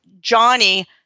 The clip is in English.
Johnny